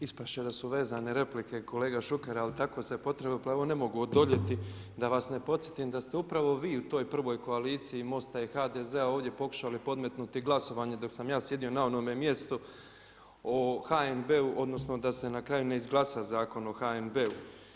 Ispast će da su vezani replike, kolega Šuker, ali tako se potrefilo pa evo ne mogu odoljeti da vas ne podsjetim da ste upravo vi u toj prvoj koaliciji MOST-a i HDZ-a ovdje pokušali podmetnuti glasovanje dok sam ja sjedio na onome mjestu o HNB-u odnosno da se na kraju ne izglasa Zakon o HNB-u.